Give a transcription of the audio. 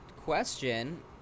Question